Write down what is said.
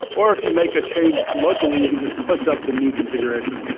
or if you make a change locally, you can just push up the new configuration.